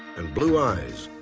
and blue eyes.